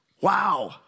Wow